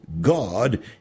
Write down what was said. God